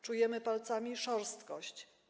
Czujemy palcami szorstkość.